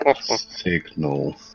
signal